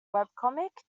webcomic